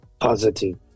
positive